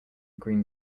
green